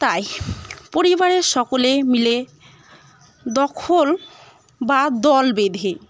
তাই পরিবারের সকলে মিলে দখল বা দল বেঁধে